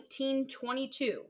1922